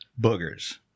Boogers